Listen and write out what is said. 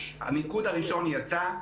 המיקוד הראשון יצא,